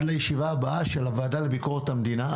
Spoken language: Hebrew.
לישיבה הבאה של הוועדה לביקורת המדינה.